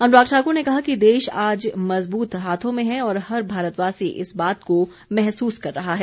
अनुराग ठाकुर ने कहा कि देश आज मज़बूत हाथों में है और हर भारतवासी इस बात को महसूस कर रहा है